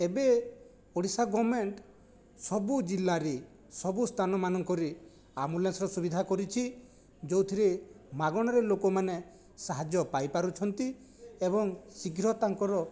ଏବେ ଓଡ଼ିଶା ଗମେଣ୍ଟ ସବୁ ଜିଲ୍ଲାରେ ସବୁ ସ୍ଥାନ ମାନଙ୍କରେ ଆମ୍ବୁଲାନ୍ସର ସୁବିଧା କରିଛି ଯେଉଁଥିରେ ମାଗଣାରେ ଲୋକମାନେ ସାହାଯ୍ୟ ପାଇ ପାରୁଛନ୍ତି ଏବଂ ଶୀଘ୍ର ତାଙ୍କର